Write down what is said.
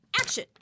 action